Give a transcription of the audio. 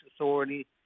Authority